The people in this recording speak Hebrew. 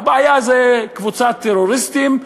הבעיה זה קבוצת טרוריסטים,